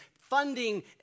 funding